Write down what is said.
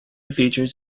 features